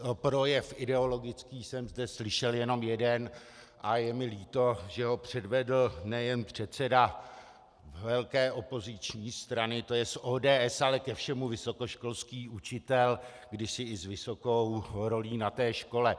Projev ideologický jsem zde slyšel jenom jeden a je mi líto, že ho předvedl nejen předseda velké opoziční strany, to je z ODS, ale ke všemu vysokoškolský učitel, kdysi i s vysokou rolí na škole.